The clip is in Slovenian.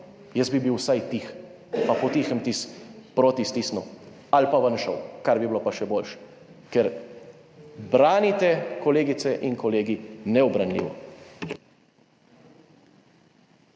Jaz bi bil vsaj tiho pa po tihem tisti proti stisnil ali pa ven šel, kar bi bilo pa še boljše. Ker branite, kolegice in kolegi, neubranljivo.